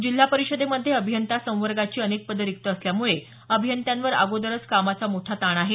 जिल्हा परिषदेमध्ये अभियंता संवर्गाची अनेक पदे रिक्त असल्यामुळं अभियंत्यांवर अगोदरच कामाचा मोठा ताण आहे